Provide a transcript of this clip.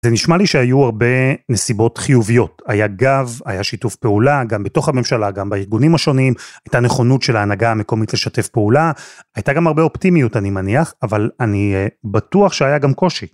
זה נשמע לי שהיו הרבה נסיבות חיוביות. היה גב, היה שיתוף פעולה, גם בתוך הממשלה, גם בארגונים השונים, הייתה נכונות של ההנהגה המקומית לשתף פעולה. הייתה גם הרבה אופטימיות אני מניח, אבל אני בטוח שהיה גם קושי.